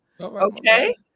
Okay